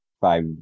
five